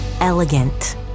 Elegant